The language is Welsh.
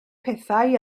pethau